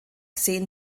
sehen